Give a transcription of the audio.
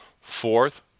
Fourth